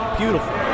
beautiful